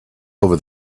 over